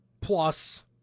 plus